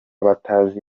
batazi